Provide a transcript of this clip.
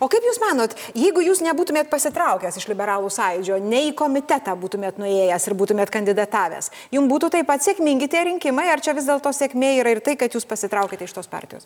o kaip jūs manot jeigu jūs nebūtumėt pasitraukęs iš liberalų sąjūdžio nei į komitetą būtumėt nuėjęs ir būtumėt kandidatavęs jum būtų taip pat sėkmingi tie rinkimai ar čia vis dėlto sėkmė yra ir tai kad jūs pasitraukėte iš tos partijos